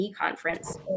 conference